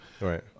Right